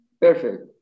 perfect